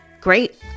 Great